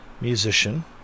musician